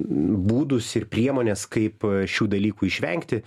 būdus ir priemones kaip šių dalykų išvengti